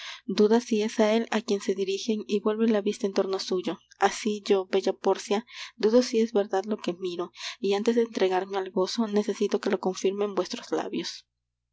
duda si es á él á quien se dirigen y vuelve la vista en torno suyo así yo bella pórcia dudo si es verdad lo que miro y antes de entregarme al gozo necesito que lo confirmen vuestros labios